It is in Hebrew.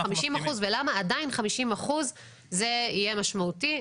50% ולמה עדיין 50% זה יהיה משמעותי.